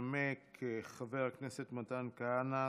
ינמק חבר הכנסת מתן כהנא,